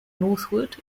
northwood